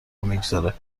میگذاره